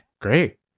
Great